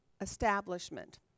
establishment